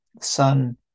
Sun